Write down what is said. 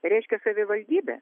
reiškia savivaldybė